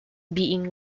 being